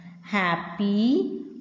Happy